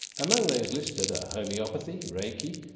among those listed are homeopathy, reiki,